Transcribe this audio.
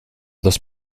dos